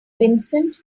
vincent